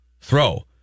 throw